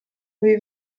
cui